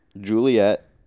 Juliet